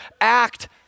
act